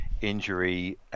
injury